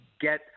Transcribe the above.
get